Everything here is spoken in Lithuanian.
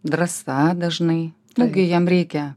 drąsa dažnai nu kai jam reikia